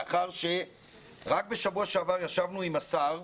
לאחר שרק בשבוע שעבר ישבנו עם השר,